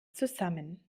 zusammen